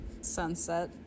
Sunset